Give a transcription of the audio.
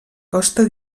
costa